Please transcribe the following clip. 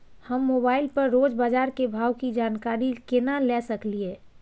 हम मोबाइल पर रोज बाजार के भाव की जानकारी केना ले सकलियै?